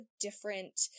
different